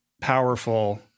powerful